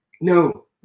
No